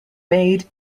made